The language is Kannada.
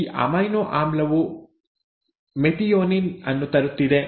ಈ ಅಮೈನೊ ಆಮ್ಲವು ಮೆಥಿಯೋನಿನ್ ಅನ್ನು ತರುತ್ತಿದೆ